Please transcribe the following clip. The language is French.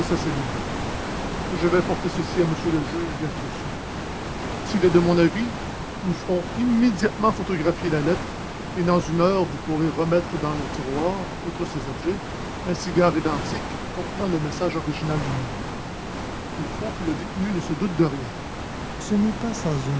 cellule je vais porter ceci à monsieur le juge d'instruction s'il est de mon avis nous ferons immédiatement photographier la lettre et dans une heure vous pourrez remettre dans le tiroir outre ces objets un cigare identique contenant le message original lui-même il faut que le détenu ne se doute de rien ce n'est pas sans